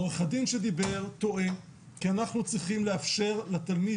עורך הדין חי שדיבר טועה כי אנחנו צריכים לאפשר לתלמיד